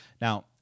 Now